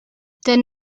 der